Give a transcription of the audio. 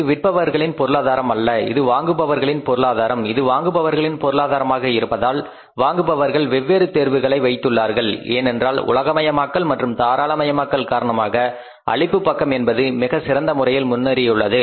இது விற்பவர்களின் பொருளாதாரம் அல்ல இது வாங்குபவர்களின் பொருளாதாரம் இது வாங்குபவர்களின் பொருளாதாரமாக இருப்பதால் வாங்குபவர்கள் வெவ்வேறு தேர்வுகளை வைத்துள்ளார்கள் ஏனென்றால் உலகமயமாக்கல் மற்றும் தாராளமயமாக்கல் காரணமாக அளிப்பு பக்கம் என்பது மிக சிறந்த முறையில் முன்னேறியுள்ளது